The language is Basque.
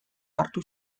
hartu